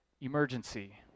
emergency